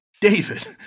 David